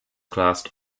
class